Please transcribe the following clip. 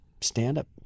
stand-up